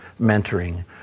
mentoring